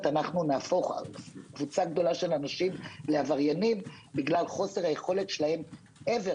נהפוך קבוצה גדולה של אנשים לעבריינים בגלל חוסר היכולת שלהם אבר